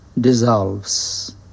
dissolves